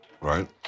Right